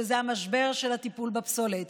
שזה המשבר של הטיפול בפסולת.